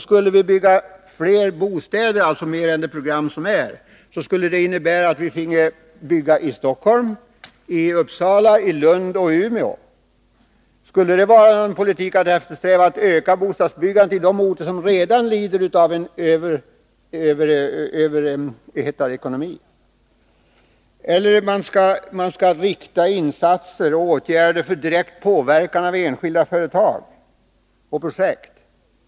Skulle vi bygga flera bostäder — alltså utöver de program som finns — skulle det innebära att vi finge bygga i Stockholm, Uppsala, Lund och Umeå. Skulle det vara en politik att eftersträva, att öka bostadsbyggandet på de orter som redan lider av en överhettad ekonomi? Eller också skall det vara riktade insatser och åtgärder för direkt påverkan av enskilda företag och projekt.